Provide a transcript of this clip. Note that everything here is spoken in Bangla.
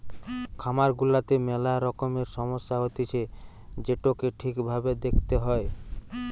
খামার গুলাতে মেলা রকমের সমস্যা হতিছে যেটোকে ঠিক ভাবে দেখতে হয়